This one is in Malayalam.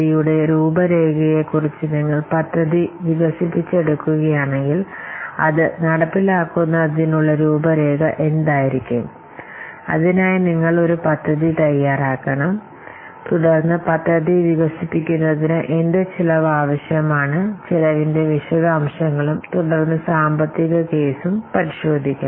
ഇവയെക്കുറിച്ചെല്ലാം ചുരുക്കത്തിൽ നമുക്ക് നോക്കാം